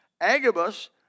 Agabus